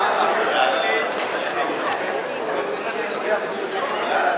ההצעה להפוך את הצעת חוק הגנה על זכויות עובדים